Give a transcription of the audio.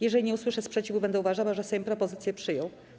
Jeżeli nie usłyszę sprzeciwu, będę uważała, że Sejm propozycję przyjął.